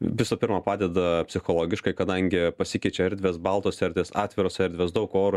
visų pirma padeda psichologiškai kadangi pasikeičia erdvės baltos erdvės atviros erdvės daug oro